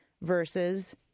versus